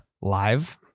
live